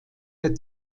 der